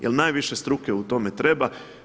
Jer najviše struke u tome treba.